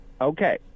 Okay